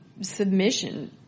submission